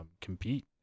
compete